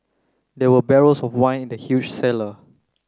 there were barrels of wine in the huge cellar